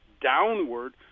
downward